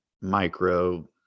micro